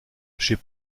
chez